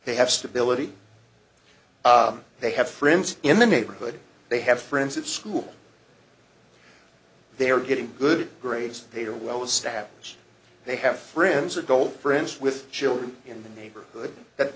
they have stability they have friends in the neighborhood they have friends at school they are getting good grades they are well established they have friends of gold friends with children in the neighborhood that